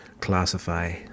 classify